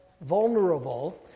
vulnerable